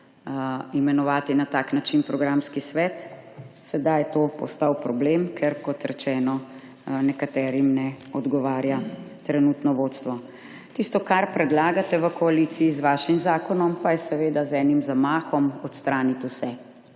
imenovati na tak način programski svet. Sedaj je to postal problem, ker kot rečeno, nekaterim ne odgovarja trenutno vodstvo. Tisto, kar predlagate v koaliciji z vašim zakonom, pa je seveda z enim zamahom odstraniti vse,